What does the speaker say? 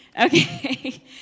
Okay